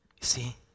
see